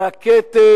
אין לי שום